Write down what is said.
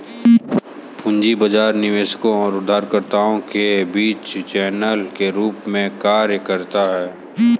पूंजी बाजार निवेशकों और उधारकर्ताओं के बीच चैनल के रूप में कार्य करता है